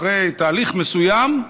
אחרי תהליך מסוים,